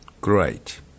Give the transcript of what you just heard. great